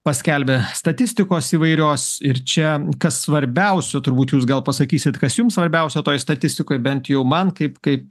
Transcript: paskelbia statistikos įvairios ir čia kas svarbiausia turbūt jūs gal pasakysit kas jum svarbiausia toj statistikoj bent jau man taip kaip